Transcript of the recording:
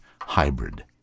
hybrid